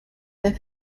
their